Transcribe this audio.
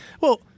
Well-